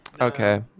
Okay